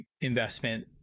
investment